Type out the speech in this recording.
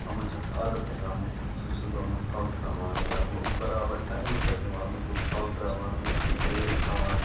یِمن چھُ اکھ عادَت بَنیومُت سُہ چھُس بہٕ یِمَن پھَل تھاوان یا ہُم چھِ بَرابَر ٹایمَس پٮ۪ٹھ یِوان یِمَن چھُس بہٕ پھَل تراوان یِمَن چھُس بہٕ تریش تھاوان